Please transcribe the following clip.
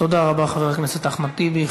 תודה רבה, חבר הכנסת אחמד טיבי.